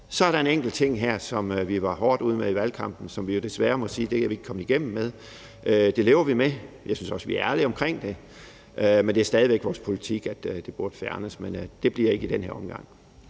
Så er der en enkelt ting her, som vi var hårdt ude med i valgkampen, men som vi jo desværre må sige at vi ikke kan komme igennem med. Det lever vi med. Jeg synes også, vi er ærlige omkring det. Det er stadig væk vores politik, at det burde fjernes, men det bliver ikke i den her omgang.